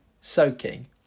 Soaking